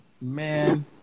man